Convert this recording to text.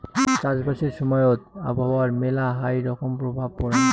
চাষবাসের সময়ত আবহাওয়ার মেলহাই রকম প্রভাব পরাং